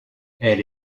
elle